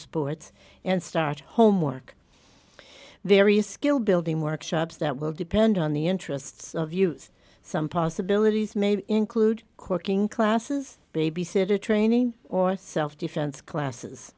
sports and start homework various skill building workshops that will depend on the interests of use some possibilities may include corking classes babysitter training or self defense classes